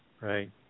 Right